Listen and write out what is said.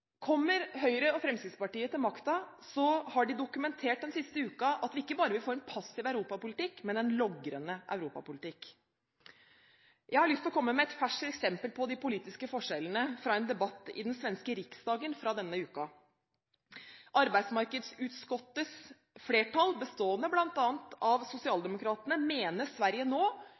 Kommer Høyre og Fremskrittspartiet til makten, har de dokumentert den siste uken at vi ikke bare vil få en passiv europapolitikk, men en logrende europapolitikk. Jeg har lyst til å komme med et ferskt eksempel på de politiske forskjellene fra en debatt i den svenske Riksdagen denne uken. Arbetsmarknadsutskottets flertall, bestående av bl.a. Socialdemokraterna, mener Sverige nå